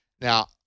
Now